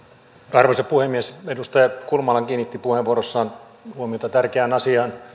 arvoisa puhemies edustaja kulmala kiinnitti puheenvuorossaan huomiota tärkeään asiaan